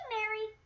Mary